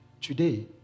Today